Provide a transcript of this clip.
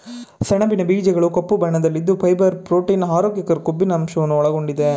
ಸಣಬಿನ ಬೀಜಗಳು ಕಪ್ಪು ಬಣ್ಣದಲ್ಲಿದ್ದು ಫೈಬರ್, ಪ್ರೋಟೀನ್, ಆರೋಗ್ಯಕರ ಕೊಬ್ಬಿನಂಶವನ್ನು ಒಳಗೊಂಡಿದೆ